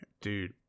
Dude